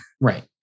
Right